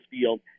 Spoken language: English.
field